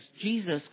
Jesus